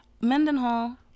mendenhall